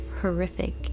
horrific